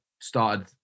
started